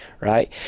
right